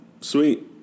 Sweet